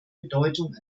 bedeutung